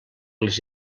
les